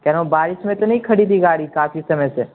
کہہ رہا ہوں بارش میں تو نہیں کھڑی تھی گاڑی کافی سمئے سے